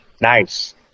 Nice